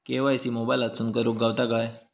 KYC मोबाईलातसून करुक गावता काय?